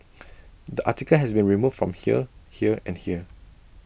the article has been removed from here here and here